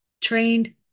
trained